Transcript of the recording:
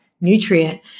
nutrient